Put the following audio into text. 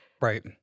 Right